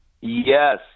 Yes